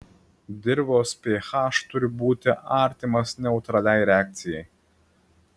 dirvos ph turi būti artimas neutraliai reakcijai